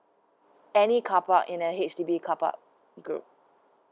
any carpark in a H_D_B carpark group